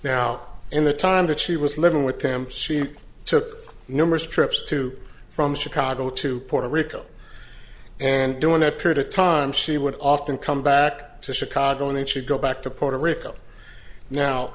now in the time that she was living with him seem to numerous trips to from chicago to puerto rico and due in a period of time she would often come back to chicago and then she go back to puerto rico now